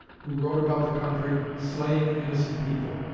who rode about the country, slaying innocent people.